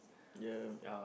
ya